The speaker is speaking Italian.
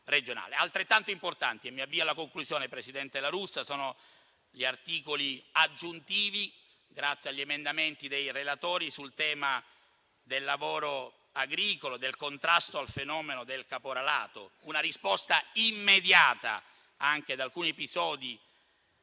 Altrettanto importanti - mi avvio alla conclusione, presidente La Russa - sono gli articoli aggiuntivi grazie agli emendamenti dei relatori sul tema del lavoro agricolo, del contrasto al fenomeno del caporalato; una risposta immediata che viene anche da alcuni episodi che